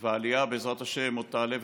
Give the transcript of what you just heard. והעלייה, בעזרת השם, עוד תעלה ותתגבר.